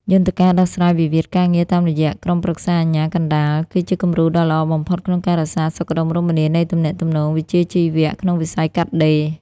យន្តការដោះស្រាយវិវាទការងារតាមរយៈ "ក្រុមប្រឹក្សាអាជ្ញាកណ្ដាល" គឺជាគំរូដ៏ល្អបំផុតក្នុងការរក្សាសុខដុមរមនានៃទំនាក់ទំនងវិជ្ជាជីវៈក្នុងវិស័យកាត់ដេរ។